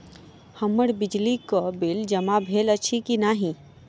हम्मर बिजली कऽ बिल जमा भेल अछि की नहि?